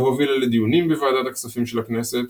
והובילה לדיונים בוועדת הכספים של הכנסת